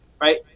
Right